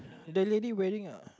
the lady wearing a